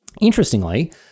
interestingly